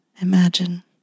Imagine